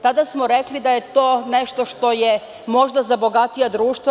Tada smo rekli da je to nešto što je možda za bogatija društva.